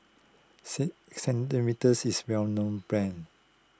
C Cetrimide is a well known brand